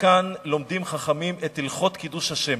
מכאן לומדים חכמים את הלכות קידוש השם.